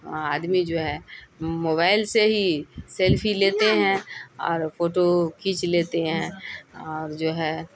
آدمی جو ہے موبائل سے ہی سیلفی لیتے ہیں اور فوٹو کھینچ لیتے ہیں اور جو ہے